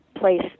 place